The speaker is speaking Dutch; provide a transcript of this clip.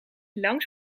langs